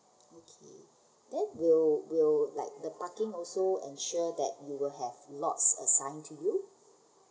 okay then will will like the parking also ensure that you will have lots assign to you